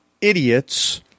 idiots